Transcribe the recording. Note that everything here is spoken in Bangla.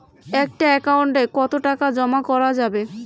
একটা একাউন্ট এ কতো টাকা জমা করা যাবে?